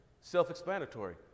self-explanatory